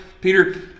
Peter